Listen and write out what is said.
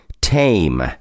tame